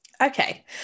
okay